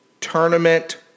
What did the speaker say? tournament